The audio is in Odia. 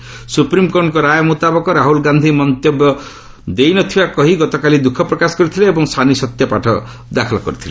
ସ୍ୱପ୍ରିମକୋର୍ଟଙ୍କ ରାୟ ମ୍ରତାବକ ରାହୁଲ ଗାନ୍ଧୀ ମନ୍ତବ୍ୟ ଦେଇନଥିବା କହି ଗତକାଲି ଦୁଃଖ ପ୍ରକାଶ କରିଥିଲେ ଏବଂ ସାନି ସତ୍ୟପାଠ ଦାଖଲ କରିଛନ୍ତି